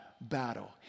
battle